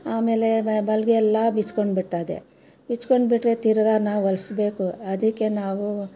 ಆಮೇಲೆ ಹೊಲ್ಗೆ ಎಲ್ಲ ಬಿಚ್ಕೊಂಡುಬಿಡ್ತದೆ ಬಿಚ್ಕೊಂಡುಬಿಟ್ರೆ ತಿರುಗ ನಾವು ಹೊಲಿಸ್ಬೇಕು ಅದಕ್ಕೆ ನಾವು